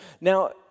Now